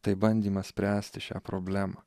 tai bandymas spręsti šią problemą